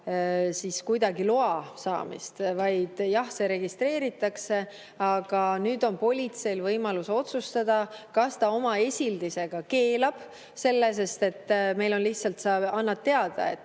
vaja kuidagi loa saamist, vaid jah, see registreeritakse. Aga nüüd on politseil võimalus otsustada, kas ta oma esildisega keelab selle, sest meil on nii, et sa lihtsalt annad teada, et